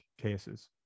cases